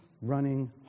running